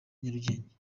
nyarugenge